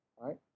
right